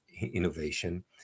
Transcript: innovation